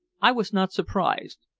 i was not surprised.